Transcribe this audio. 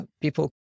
People